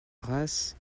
arras